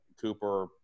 Cooper